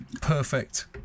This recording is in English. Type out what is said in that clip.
perfect